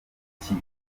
iki